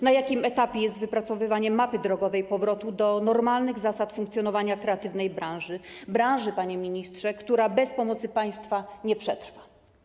Na jakim etapie jest wypracowywanie mapy drogowej powrotu do normalnych zasad funkcjonowania branży kreatywnej, branży, panie ministrze, która bez pomocy państwa nie przetrwa?